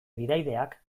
bidaideak